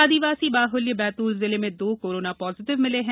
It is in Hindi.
आदिवासी बाहल्य बैतूल जिले में दो कोरोना पाजिटिव मिले हैं